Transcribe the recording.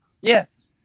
Yes